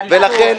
לכן,